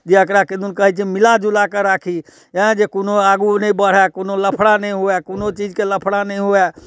जे एकरा किदुन कहै छै मिला जुला कऽ राखियहि जे कोनो आगू नहि बढ़ै कोनो लफड़ा नहि हुवै कोनो चीजके लफड़ा नहि हुवै